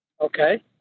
Okay